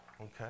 okay